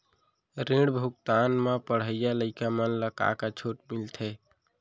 ऋण भुगतान म पढ़इया लइका मन ला का का छूट मिलथे?